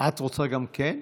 נעמה לזימי,